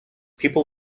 people